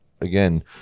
again